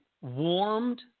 warmed